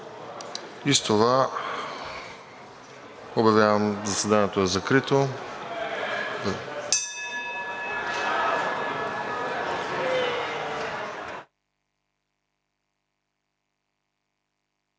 С това обявявам заседанието за закрито.